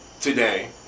today